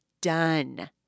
done